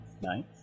nice